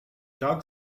dog